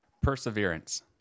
Perseverance